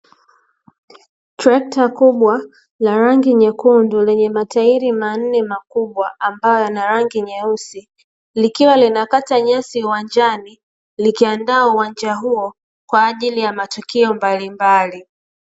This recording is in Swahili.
Trekta kubwa la rangi nyekundu lenye matairi manne makubwa ambayo yana rangi nyeusi, likiwa linakata nyesi uwanjani likiandaa uwanja huo kwa ajili ya matukio mbalimbali.